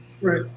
right